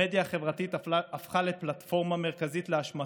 המדיה החברתית הפכה לפלטפורמה מרכזית להשמצות,